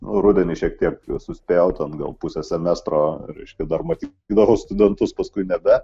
rudenį šiek tiek suspėjauten gal pusę semestro reiškė dar matytydavau studentus paskui nebe